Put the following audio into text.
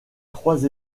trois